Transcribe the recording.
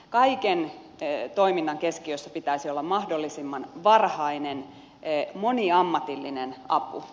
kaiken toiminnan keskiössä pitäisi olla mahdollisimman varhainen moniammatillinen apu